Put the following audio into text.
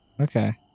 okay